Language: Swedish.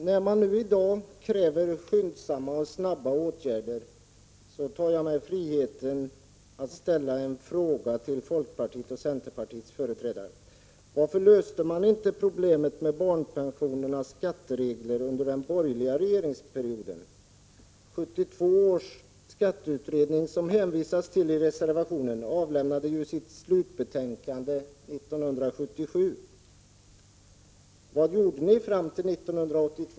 Herr talman! När man nu kräver skyndsamma åtgärder, tar jag mig friheten att ställa en fråga till folkpartiets och centerpartiets företrädare: Varför löste man inte problemet med barnpensionernas skatteregler under den borgerliga regeringsperioden? 1972 års skatteutredning, som det hänvisas till i reservationen, avlämnade ju sitt slutbetänkande 1977. Vad gjorde ni fram till 1982?